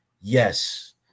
Yes